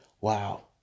wow